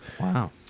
Wow